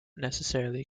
necessarily